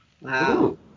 Wow